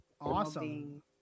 Awesome